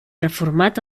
reformat